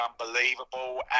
unbelievable